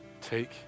Take